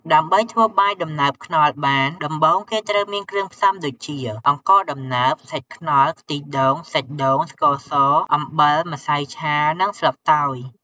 ដើម្បីធ្វើបាយដំណើបខ្នុរបានដំបូងគេត្រូវមានគ្រឿងផ្សំដូចជា អង្ករដំណើប សាច់ខ្នុរ ខ្ទិះដូង សាច់ដូង ស្ករស អំបិល ម្សៅឆា និងស្លឹកតើយ។